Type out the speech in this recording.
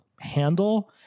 handle